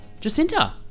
Jacinta